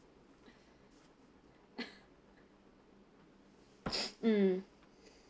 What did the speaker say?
mm